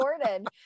recorded